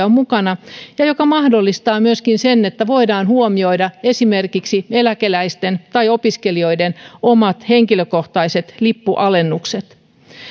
on mukana ja se mahdollistaa myöskin sen että voidaan huomioida esimerkiksi eläkeläisten tai opiskelijoiden omat henkilökohtaiset lippualennukset